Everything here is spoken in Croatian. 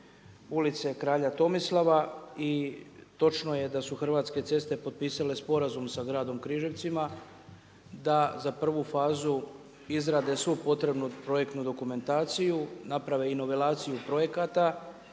Ulice kralja Tomislava i točno je da su Hrvatske ceste potpisale sporazum sa gradom Križevcima, da za prvu fazu izrade svu potrebnu projektnu dokumentaciju, naprave i novelaciju projekata